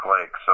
Lake